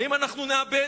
אפתח במובן